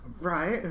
Right